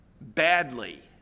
badly